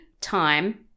time